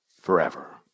forever